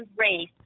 race